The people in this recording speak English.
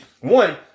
one